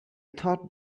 thought